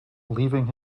leaving